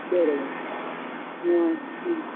બરોબર હમ હં